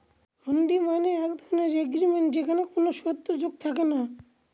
হুন্ডি মানে এক এগ্রিমেন্ট যেখানে কোনো শর্ত যোগ থাকে না